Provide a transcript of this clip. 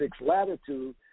latitude